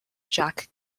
jack